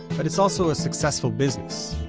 but it's also a successful business.